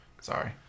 Sorry